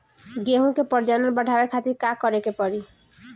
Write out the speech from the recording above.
गेहूं के प्रजनन बढ़ावे खातिर का करे के पड़ी?